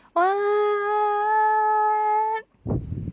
what